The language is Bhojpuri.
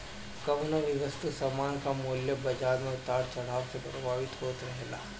कवनो भी वस्तु सामान कअ मूल्य बाजार के उतार चढ़ाव से प्रभावित होत रहेला